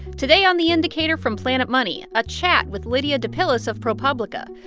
today on the indicator from planet money, a chat with lydia depillis of propublica.